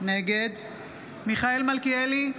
נגד מיכאל מלכיאלי,